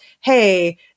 hey